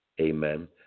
Amen